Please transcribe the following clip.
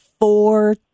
four